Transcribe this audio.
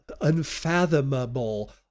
unfathomable